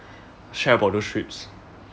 share about those trips